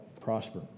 prosper